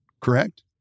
correct